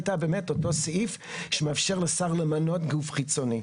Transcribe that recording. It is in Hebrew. היה באמת אותו סעיף שמאפשר לשר למנות גוף חיצוני.